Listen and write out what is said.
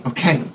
Okay